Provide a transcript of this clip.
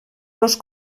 los